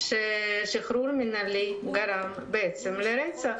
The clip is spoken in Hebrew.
ששחרור מינהלי גרם לרצח.